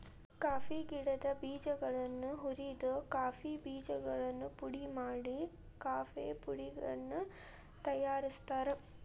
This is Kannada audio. ಕಾಫಿ ಗಿಡದ ಬೇಜಗಳನ್ನ ಹುರಿದ ಕಾಫಿ ಬೇಜಗಳನ್ನು ಪುಡಿ ಮಾಡಿ ಕಾಫೇಪುಡಿಯನ್ನು ತಯಾರ್ಸಾತಾರ